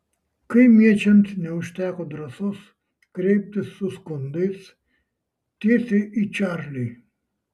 kaimiečiams neužteko drąsos kreiptis su skundais tiesiai į čarlį